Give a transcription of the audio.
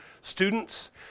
students